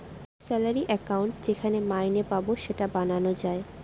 salary account যেখানে মাইনে পাবো সেটা বানানো যায়